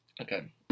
Okay